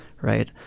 right